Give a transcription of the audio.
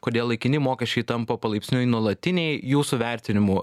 kodėl laikini mokesčiai tampa palaipsniui nuolatiniai jūsų vertinimu